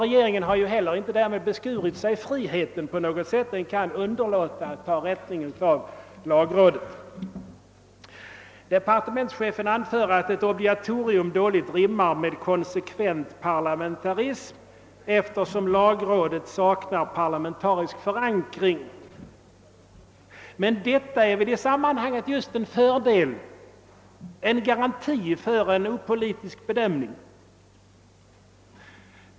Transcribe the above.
Regeringen har ju inte heller därmed beskurit sin frihet på något sätt; den kan underlåta att ta hänsyn till lagrådets yttrande. Departementschefen anför att ett obligatorium dåligt rimmar med konsekvent parlamentarism, eftersom lagrådet saknar parlamentarisk förankring. Men detta är väl i sammanhanget just en fördel. Man får ju därmed en garanti för en opolitisk bedömning.